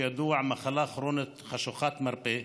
היא כידוע מחלה כרונית חשוכת מרפא.